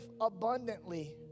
abundantly